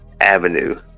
avenue